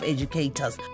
Educators